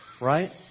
right